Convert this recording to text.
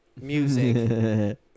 music